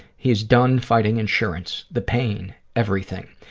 he's done fighting insurance, the pain, everything.